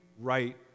right